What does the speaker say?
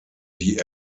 die